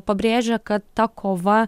pabrėžia kad ta kova